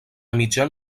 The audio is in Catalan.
mitjan